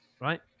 right